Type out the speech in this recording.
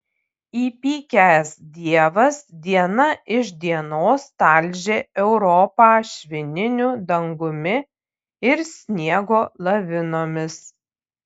įpykęs dievas diena iš dienos talžė europą švininiu dangumi ir sniego lavinomis